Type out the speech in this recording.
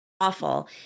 awful